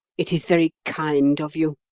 it is very kind of you,